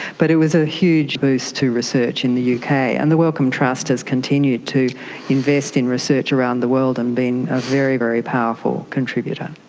but it was a huge boost to research in the uk, and the wellcome trust has continued to invest in research around the world and been a very, very powerful contributor.